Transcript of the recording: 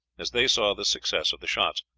as they saw the success of the shots.